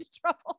trouble